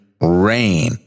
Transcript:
rain